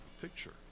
picture